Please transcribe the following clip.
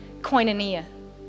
koinonia